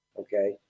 Okay